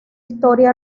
historia